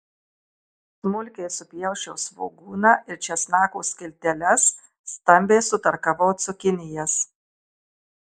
smulkiai supjausčiau svogūną ir česnako skilteles stambiai sutarkavau cukinijas